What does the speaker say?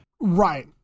Right